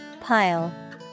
Pile